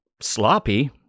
Sloppy